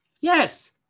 Yes